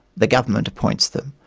the government appoints them.